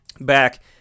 back